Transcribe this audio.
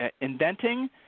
inventing